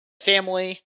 family